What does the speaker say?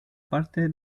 parte